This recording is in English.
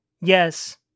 Yes